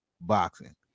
boxing